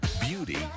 Beauty